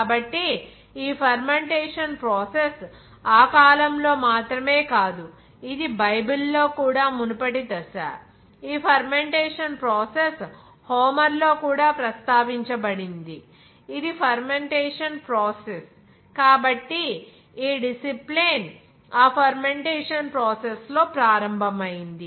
కాబట్టి ఈ fermentation process ఆ కాలంలో మాత్రమే కాదు ఇది బైబిల్ లో కూడా మునుపటి దశ ఈ ఫెర్మెంటేషన్ ప్రాసెస్ హోమర్లో కూడా ప్రస్తావించబడింది ఇది ఫెర్మెంటేషన్ ప్రాసెస్ కాబట్టి ఈ డిసిప్లిన్ ఆ ఫెర్మెంటేషన్ ప్రాసెస్ లో ప్రారంభమైంది